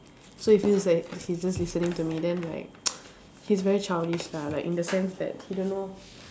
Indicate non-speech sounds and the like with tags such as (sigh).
so it feels like he's just listening to me then like (noise) he's very childish lah like in the sense that he don't know